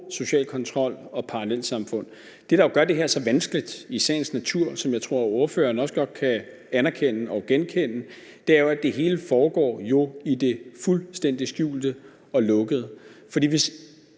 social kontrol og parallelsamfund. Det, der jo i sagens natur gør det her så vanskeligt, og som jeg tror ordføreren også kan anerkende og genkende, er jo, at det hele foregår i det fuldstændig skjulte og lukkede; for hvis